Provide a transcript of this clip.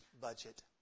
budget